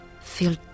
Feel